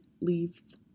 leaves